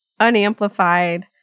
unamplified